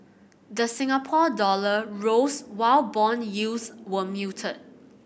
the Singapore dollar rose while bond yields were muted